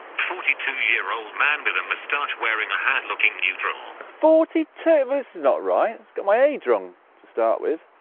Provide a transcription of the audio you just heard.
forty two year old man with a moustache wearing a hat looking neutral. forty two? this is not right. it's got my age wrong to start with.